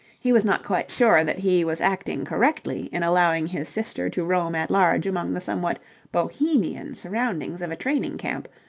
he was not quite sure that he was acting correctly in allowing his sister to roam at large among the somewhat bohemian surroundings of a training-camp,